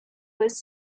was